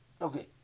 Okay